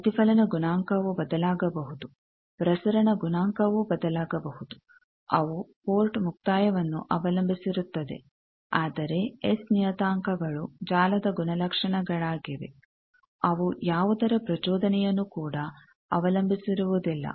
ಪ್ರತಿಫಲನ ಗುಣಾಂಕವು ಬದಲಾಗಬಹುದು ಪ್ರಸರಣ ಗುಣಾಂಕವೂ ಬದಲಾಗಬಹುದು ಅವು ಪೋರ್ಟ್ ಮುಕ್ತಾಯವನ್ನು ಅವಲಂಬಿಸಿರುತ್ತದೆ ಆದರೆ ಎಸ್ ನಿಯತಾಂಕಗಳು ಜಾಲದ ಗುಣಲಕ್ಷಣಗಳಾಗಿವೆ ಅವು ಯಾವುದರ ಪ್ರಚೋದನೆಯನ್ನು ಕೂಡ ಅವಲಂಬಿಸಿರುವುದಿಲ್ಲ